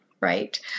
Right